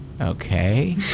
Okay